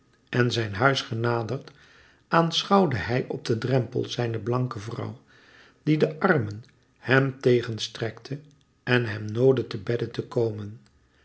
en zijn huis genaderd aanschouwde hij op den drempel zijne blanke vrouw die de armen hem tegen strekte en hem noodde te bedde te komen